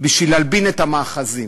בשביל להלבין את המאחזים.